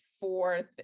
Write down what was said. fourth